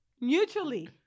mutually